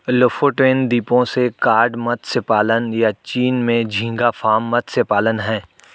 Lofoten द्वीपों से cod मत्स्य पालन, या चीन में झींगा फार्म मत्स्य पालन हैं